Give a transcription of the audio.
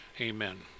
amen